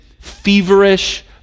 feverish